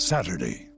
Saturday